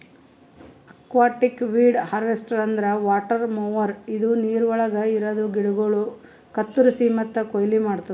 aquatic weed harvester ಅಂದ್ರ water mower ಇದು ನೀರವಳಗ್ ಇರದ ಗಿಡಗೋಳು ಕತ್ತುರಸಿ ಮತ್ತ ಕೊಯ್ಲಿ ಮಾಡ್ತುದ